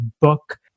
book